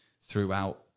throughout